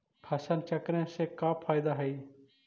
फसल चक्रण से का फ़ायदा हई?